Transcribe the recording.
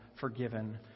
forgiven